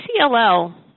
CLL